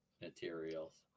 materials